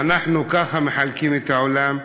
ואנחנו ככה מחלקים את העולם,